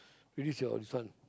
release your this one